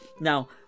Now